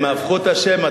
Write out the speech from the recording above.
הם הפכו את השם,